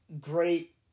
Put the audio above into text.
great